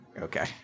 Okay